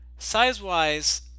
Size-wise